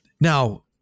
Now